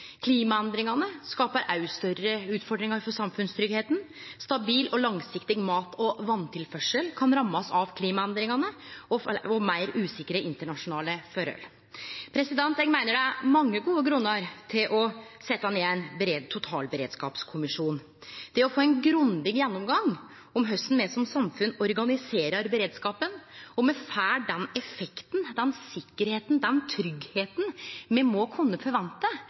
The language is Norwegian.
Klimaendringane skapar òg større utfordringar for samfunnstryggleiken. Stabil og langsiktig mat- og vasstilførsel kan rammast av klimaendringane og meir usikre internasjonale forhold. Eg meiner det er mange gode grunnar til å setje ned ein totalberedskapskommisjon. Det er for å få ein grundig gjennomgang av korleis me som samfunn organiserer beredskapen, om me får den effekten, den tryggleiken me må kunne forvente